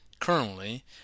currently